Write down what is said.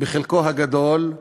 בחלקו הגדול,